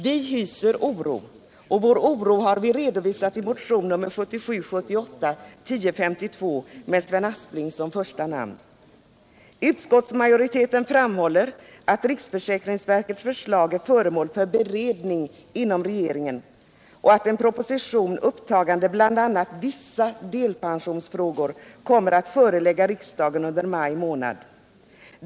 Vi hyser oro, och denna har vi redovisat i vår motion 1977/78:1052 med Sven Aspling som första namn. Utskottsmajoriteten framhåller att riksförsäkringsverkets förslag är föremål för beredning inom regeringen och att en proposition upptagande bl.a. vissa delpensionsfrågor kommer att föreläggas riksdagen under maj månad.